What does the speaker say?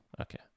Okay